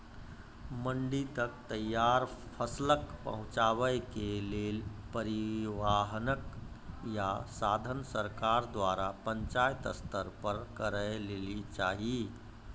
मंडी तक तैयार फसलक पहुँचावे के लेल परिवहनक या साधन सरकार द्वारा पंचायत स्तर पर करै लेली चाही?